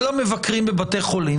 כל המבקרים בבתי חולים.